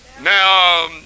Now